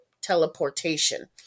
teleportation